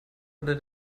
unter